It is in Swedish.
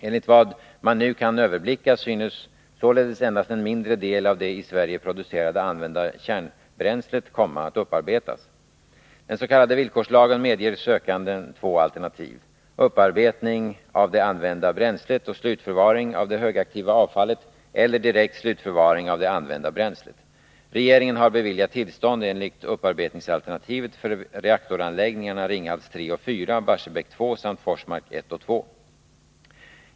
Enligt vad man nu kan överblicka synes således endast en mindre del av det i Sverige producerade använda kärnbränslet komma att upparbetas. Den s.k. villkorslagen medger sökanden två alternativ: upparbetning av det använda bränslet och slutförvaring av det högaktiva avfallet eller direkt slutförvaring av det använda bränslet. Regeringen har beviljat tillstånd enligt upparbetningsalternativet för reaktoranläggningarna Ringhals 3 och 4, Barsebäck 2 samt Forsmark 1 och 2.